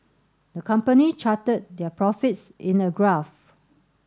the company charted their profits in a graph